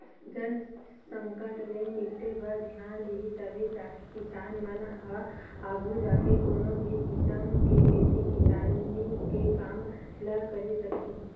जल संकट ले निपटे बर धियान दिही तभे जाके किसान मन ह आघू जाके कोनो भी किसम के खेती किसानी के काम ल करे सकही